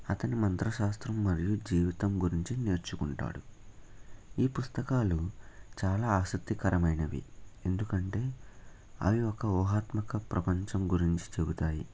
అతను మంత్ర శాస్త్రం మరియు జీవితం గురించి నేర్చుకుంటాడు ఈ పుస్తకాలు చాలా ఆసక్తికరమైనవి ఎందుకంటే అవి ఒక ఊహాత్మక ప్రపంచం గురించి చెబుతాయి